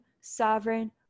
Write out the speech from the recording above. sovereign